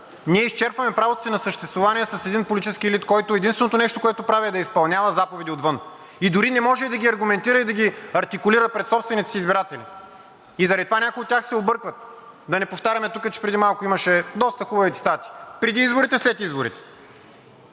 Ние изчерпваме правото си на съществувание с един политически елит, който единственото нещо, което прави, е да изпълнява заповеди отвън и дори не може да ги аргументира и артикулира пред собствените си избиратели. Заради това някои от тях се объркват. Да не повтаряме тук, че преди малко имаше доста хубави цитати – преди изборите, след изборите.